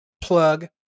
Plug